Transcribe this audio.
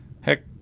heck